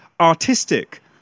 artistic